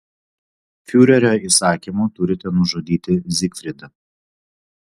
fiurerio įsakymu turite nužudyti zygfridą